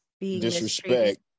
disrespect